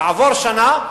תעבור שנה,